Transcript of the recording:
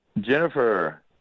Jennifer